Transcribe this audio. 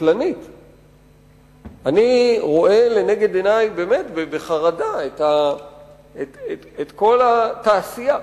אני רואה לנגד עיני, באמת, בחרדה, את כל התעשייה